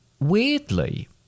weirdly